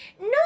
no